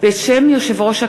ברשות יושב-ראש הכנסת,